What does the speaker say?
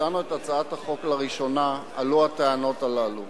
כשהצענו את הצעת החוק לראשונה, עלו הטענות האלה.